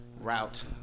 route